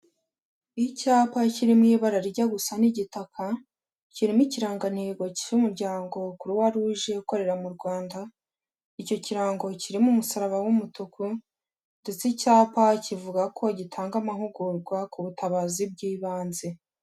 Icyapa kiri mu ibara rijya gusa n'igitaka, kirimo ikirangantego cy'umuryango Kuruwa ruje ukorera mu Rwanda. Icyo kirango kirimo umusaraba w'umutuku ndetse icyapa kivuga ko gitanga amahugurwa ku butabazi bw'ibanze.